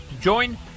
Join